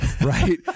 right